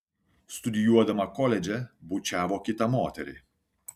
studijuodama koledže bučiavo kitą moterį